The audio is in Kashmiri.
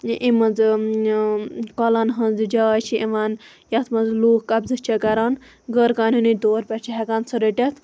امہِ مَنٛز کۄلَن ہٕنٛز جاے چھِ یِوان یَتھ مَنز لوٗکھ قَبضہٕ چھِ کران غٲر قانوٗنی طور پیٹھ چھِ ہیٚکان سُہ رٔٹِتھ